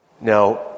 Now